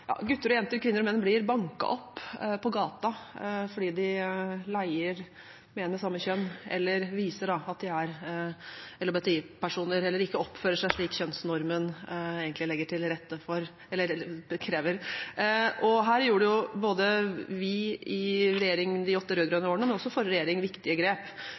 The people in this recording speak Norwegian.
gutter og jenter, kvinner og menn, blir banket opp på gaten fordi de leier med det samme kjønn, eller viser at de er LHBTi-personer eller ikke oppfører seg slik som kjønnsnormen krever. Her gjorde vi i regjering de åtte rød-grønne årene, men også forrige regjering, viktige grep.